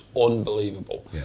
unbelievable